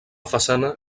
façana